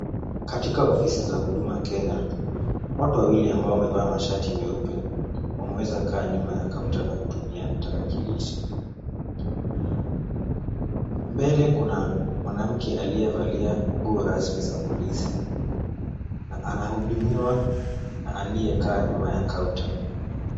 Katika ofisi za huduma Kenya. Watu wawili ambao wamevaa mashati meupe wameweza kaa nyuma ya kaunta na kutumia tarakilishi. Mbele kuna mwanamke aliyevalia nguo rasmi za polisi na anahudumiwa na aliyekaa nyuma ya kaunta.